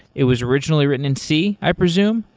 it was originally written in c, i presume,